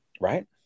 Right